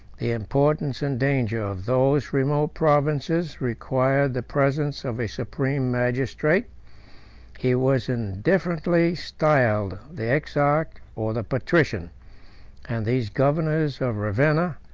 the importance and danger of those remote provinces required the presence of a supreme magistrate he was indifferently styled the exarch or the patrician and these governors of ravenna,